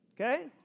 okay